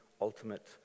ultimate